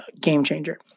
game-changer